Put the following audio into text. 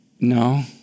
no